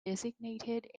designated